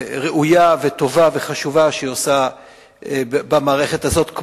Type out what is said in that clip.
ראויה וטובה וחשובה שהיא עושה במערכת הזאת,